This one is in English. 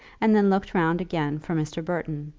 and then looked round again for mr. burton.